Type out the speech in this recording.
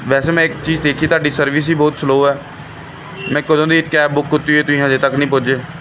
ਵੈਸੇ ਮੈਂ ਇੱਕ ਚੀਜ਼ ਦੇਖੀ ਤੁਹਾਡੀ ਸਰਵਿਸ ਹੀ ਬਹੁਤ ਸਲੋਅ ਹੈ ਮੈਂ ਕਦੋਂ ਦੀ ਕੈਬ ਬੁੱਕ ਕੀਤੀ ਹੋਈ ਤੁਸੀਂ ਅਜੇ ਤੱਕ ਨਹੀਂ ਪੁੱਜੇ